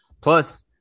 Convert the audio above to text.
Plus